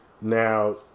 Now